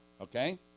okay